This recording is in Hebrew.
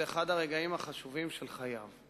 זה אחד הרגעים החשובים בחייו.